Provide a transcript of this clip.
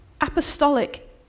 apostolic